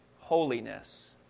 holiness